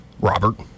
Robert